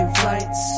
flights